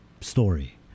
story